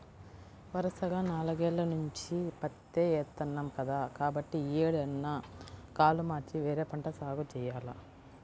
వరసగా నాలుగేల్ల నుంచి పత్తే ఏత్తన్నాం కదా, కాబట్టి యీ ఏడన్నా కాలు మార్చి వేరే పంట సాగు జెయ్యాల